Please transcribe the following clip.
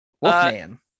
Wolfman